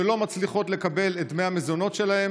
שלא מצליחות לקבל את דמי המזונות שלהן,